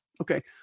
okay